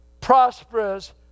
prosperous